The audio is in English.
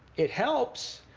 it helps,